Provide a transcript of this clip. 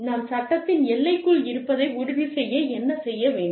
நாம் சட்டத்தின் எல்லைக்குள் இருப்பதை உறுதி செய்ய என்ன செய்ய வேண்டும்